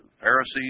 Pharisees